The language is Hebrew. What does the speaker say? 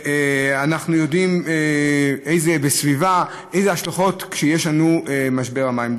ואנחנו יודעים איזה השלכות יש על הסביבה כשיש לנו משבר מים.